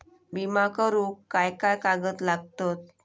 विमा करुक काय काय कागद लागतत?